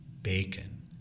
bacon